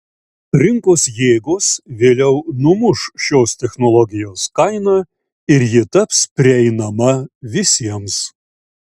rinkos jėgos vėliau numuš šios technologijos kainą ir ji taps prieinama visiems